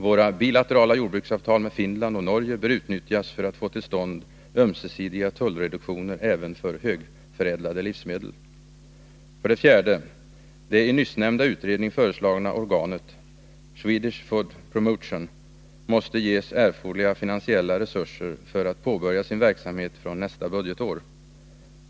Våra bilaterala jordbruksavtal med Finland och Norge bör utnyttjas för att få till stånd ömsesidiga tullreduktioner även för högförädlade livsmedel. 4. Det i nyssnämnda utredning föreslagna organet, Swedish Food Promotion, måste ges erforderliga finansiella resurser för att påbörja sin verksamhet från nästa budgetår.